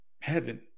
heaven